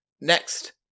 Next